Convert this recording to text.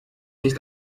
nicht